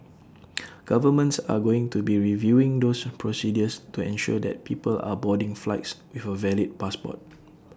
governments are going to be reviewing those procedures to ensure that people are boarding flights with A valid passport